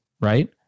right